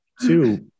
two